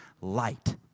light